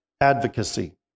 advocacy